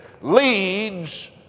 leads